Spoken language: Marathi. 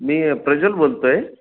मी प्रजल बोलतो आहे